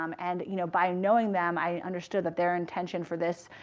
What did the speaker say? um and you know by knowing them, i understood that their intention for this,